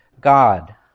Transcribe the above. God